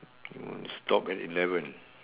mm stop at eleven